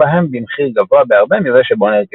בהם במחיר גבוה בהרבה מזה שבו נרכשו.